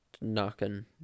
knocking